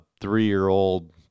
three-year-old